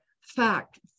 fact